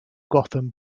gotham